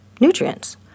nutrients